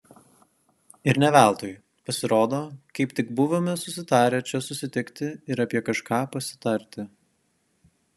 ir ne veltui pasirodo kaip tik buvome susitarę čia susitikti ir apie kažką pasitarti